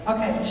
Okay